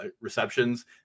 receptions